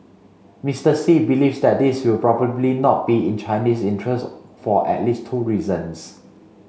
Mister Xi believes that this will probably not be in Chinese interests for at least two reasons